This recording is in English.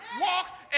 walk